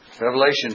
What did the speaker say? Revelation